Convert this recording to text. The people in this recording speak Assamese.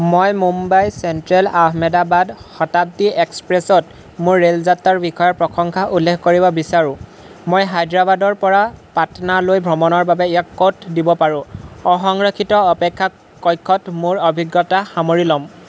মই মুম্বাই চেণ্ট্ৰেল আহমেদাবাদ শতাব্দী এক্সপ্ৰেছত মোৰ ৰে'ল যাত্ৰাৰ বিষয়ে প্ৰশংসা উল্লেখ কৰিব বিচাৰোঁ মই হায়দৰাবাদৰ পৰা পাটনালৈ ভ্ৰমণৰ বাবে ইয়াক ক'ত দিব পাৰো অসংৰক্ষিত অপেক্ষা কক্ষত মোৰ অভিজ্ঞতা সামৰি ল'ম